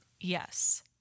Yes